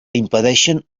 impedeixin